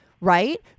right